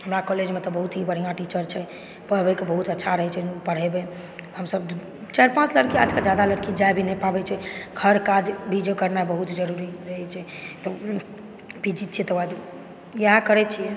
हमरा कॉलेजमे तऽ बहुत ही बढ़िऑं टीचर छै पढ़बयके बहुत अच्छा रहै छै पढ़य हमसब चारि पाँच लड़की आजकल जादा लड़की जा भी नहि पाबै छै हर काज भी करनाइ बहुत जरुरी रहै छै तऽ पीजी छी तऽ इएह करै छी